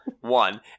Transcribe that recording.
one